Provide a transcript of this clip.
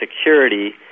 security